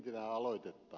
lintilän aloitetta